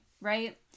right